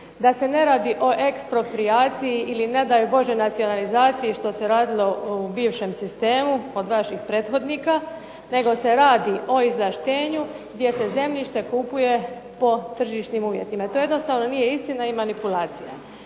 da se ne radi o eksproprijaciji ili ne daj Bože nacionalizaciji što se radilo u bivšem sistemu kod naših prethodnika, nego se radi o izvlaštenju gdje se zemljište kupuje po tržišnim uvjetima. To jednostavno nije istina i manipulacija